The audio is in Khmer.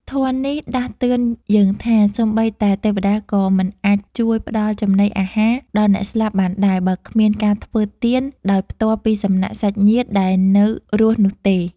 ធម៌នេះដាស់តឿនយើងថា សូម្បីតែទេវតាក៏មិនអាចជួយផ្ដល់ចំណីអាហារដល់អ្នកស្លាប់បានដែរ បើគ្មានការធ្វើទានដោយផ្ទាល់ពីសំណាក់សាច់ញាតិដែលនៅរស់នោះទេ។។